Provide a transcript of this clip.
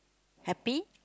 happy